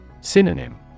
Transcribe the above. Synonym